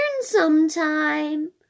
sometime